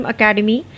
Academy